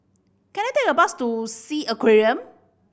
can I take a bus to Sea Aquarium